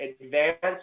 advanced